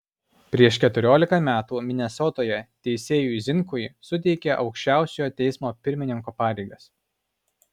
prieš keturiolika metų minesotoje teisėjui zinkui suteikė aukščiausiojo teismo pirmininko pareigas